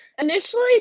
Initially